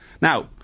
now